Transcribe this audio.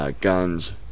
guns